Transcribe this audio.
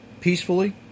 peacefully